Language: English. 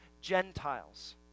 Gentiles